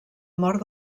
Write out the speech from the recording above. mort